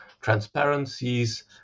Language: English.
transparencies